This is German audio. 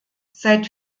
seit